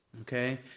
Okay